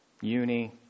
uni